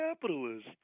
capitalist